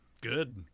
Good